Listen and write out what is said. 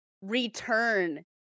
return